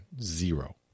Zero